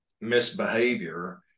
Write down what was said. misbehavior